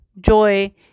joy